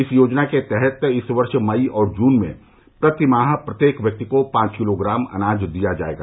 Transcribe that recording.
इस योजना के तहत इस वर्ष मई और जून में प्रति माह प्रत्येक व्यक्ति को पांच किलोग्राम अनाज दिया जाएगा